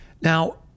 now